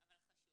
אבל חשוב.